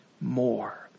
more